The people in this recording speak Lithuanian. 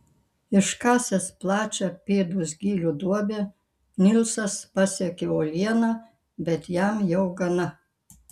iškasęs plačią pėdos gylio duobę nilsas pasiekia uolieną bet jam jau gana